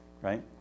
right